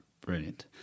Brilliant